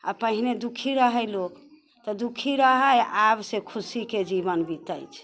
आ पहिने दुखी रहै लोक तऽ दुखी रहै आब से खुशीके जीवन बीतैत छै